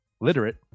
literate